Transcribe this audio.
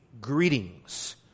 greetings